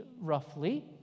roughly